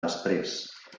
després